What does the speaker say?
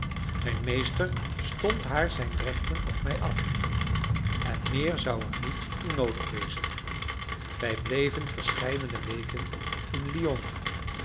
mijn meester stond haar zijn rechten op mij af en meer zou er niet toe noodig wezen wij bleven verscheidene weken in lyon